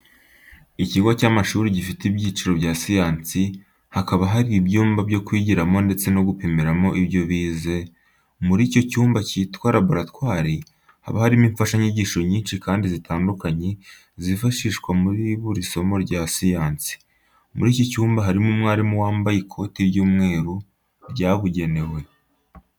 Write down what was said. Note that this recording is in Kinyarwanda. Ikigo cy'ishuri gifite ibyiciro bya siyansi, hakaba hari ibyumba byo kwigiramo ndetse no gupimiramo ibyo bize, muri icyo cyumba cyitwa laboratwari haba harimo imfashanyigisho nyinshi kandi zitandukanye zifashishwa muri buri somo rya siyansi. Muri iki cyumba harimo umwarimu wambaye ikoti ry'umweru ryabugenewe.